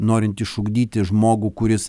norint išugdyti žmogų kuris